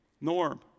Norm